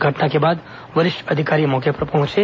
घटना के बाद वरिष्ठ अधिकारी मौके पर पहुंचे